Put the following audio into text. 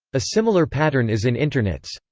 a similar pattern is in internats.